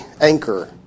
anchor